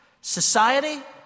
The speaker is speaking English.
society